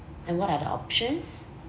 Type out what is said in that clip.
and what are the options